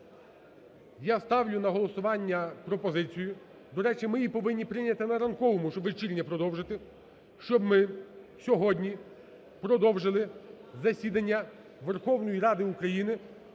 Я ставлю на голосування пропозицію, до речі, ми її повинні прийняти на ранковому, щоб вечірнє продовжити, щоб ми сьогодні продовжили засідання Верховної Ради України